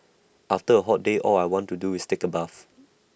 after A hot day all I want to do is take A bath